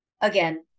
again